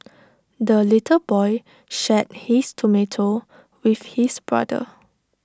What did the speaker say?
the little boy shared his tomato with his brother